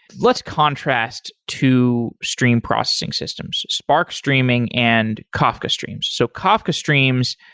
let's contrast to stream processing systems. spark streaming and kafka streams. so kafka streams,